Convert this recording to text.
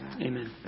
Amen